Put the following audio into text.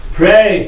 pray